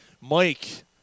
Mike